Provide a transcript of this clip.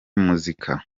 muzika